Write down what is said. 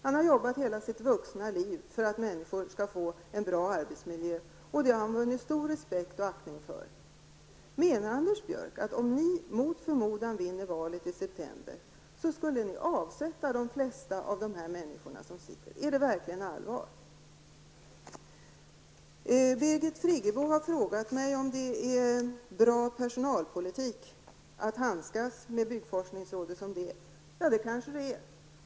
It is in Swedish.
Han har arbetat hela sitt vuxna liv för att människor skall få en bra arbetsmiljö. Det har han vunnit stor respekt och aktning för. Menar Anders Björck att om ni, mot förmodan, vinner valet i september skall ni avsätta de flesta av de här människorna? Är det verkligen allvar? Birgit Friggebo har frågat mig om det är bra personalpolitik att handskas med byggforskningsrådet på det här sättet. Det kanske det är.